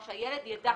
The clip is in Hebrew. נכון,